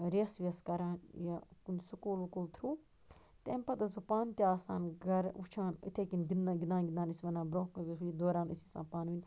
ریٚسہٕ ویٚسہٕ کَران یا کُنہِ سکوٗل وکوٗل تھٕروٗ تمہِ پتہٕ ٲسٕس بہٕ پانہٕ تہِ آسان گَرٕ وٕچھان یتھٕے کٔنۍ گِنٛ گِنٛدان گِنٛدان یُس وَنان برٛونہہ کُن دوران أسۍ ٲسۍ آسان پانہٕ ؤنۍ